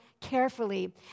carefully